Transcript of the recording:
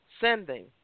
sending